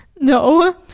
No